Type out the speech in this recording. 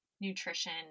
nutrition